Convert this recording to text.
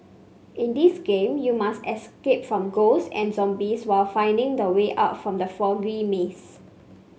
in this game you must escape from ghosts and zombies while finding the way out from the foggy maze